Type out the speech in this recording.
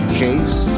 case